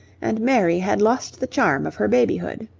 and mary had lost the charm of her babyhood.